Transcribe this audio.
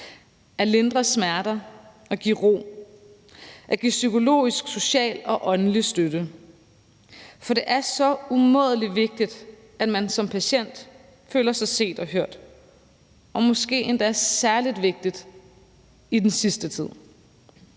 at lindre smerter, at give ro og at give psykologisk, social og åndelig støtte. For det er så umådelig vigtigt, at man som patient føler sig set og hørt, og det er måske endda også særlig vigtigt i den sidste tid,